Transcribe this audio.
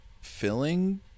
Filling